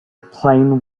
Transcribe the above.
plane